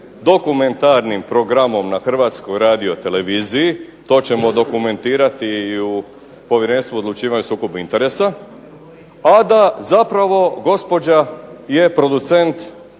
dokumentarnim programom na HRT-u, to ćemo dokumentirati i u Povjerenstvu o odlučivanju o sukobu interesa, a da zapravo gospođa je producent